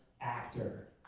actor